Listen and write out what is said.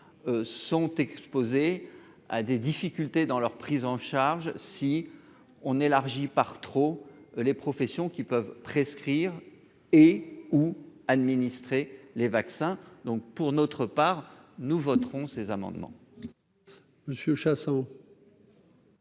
sont exposés à des difficultés dans leur prise en charge si on élargit par trop les professions qui peuvent prescrire et ou administrer les vaccins, donc, pour notre part, nous voterons ces amendements.